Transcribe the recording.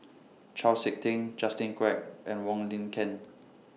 Chau Sik Ting Justin Quek and Wong Lin Ken